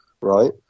right